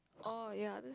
orh ya